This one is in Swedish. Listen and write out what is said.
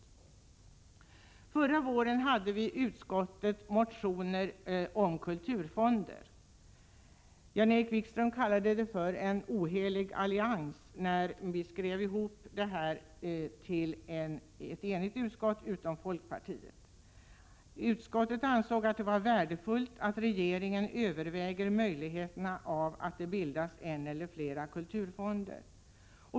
109 Förra våren hade vi i utskottet motioner om kulturfonder. Jan-Erik Wikström kallade det en ohelig allians när vi skrev ihop oss till ett enigt utskott förutom folkpartiet. Utskottet ansåg att det kan vara värdefullt att regeringen överväger möjligheten av att det bildas en eller flera kulturfonder.